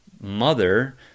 mother